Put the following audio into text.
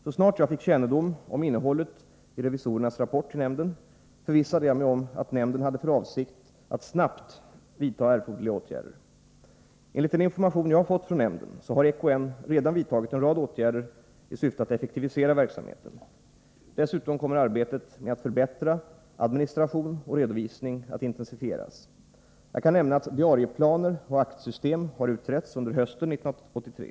Så snart jag fick kännedom om innehållet i revisorernas rapport till nämnden, förvissade jag mig om att nämnden hade för avsikt att snabbt vidta erforderliga åtgärder. Enligt den information jag fått från nämnden har EKN redan vidtagit en rad åtgärder i syfte att effektivisera verksamheten. Dessutom kommer arbetet med att förbättra administration och redovisning att intensifieras. Jag kan nämna att diarieplaner och aktsystem har utretts under hösten 1983.